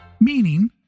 meaning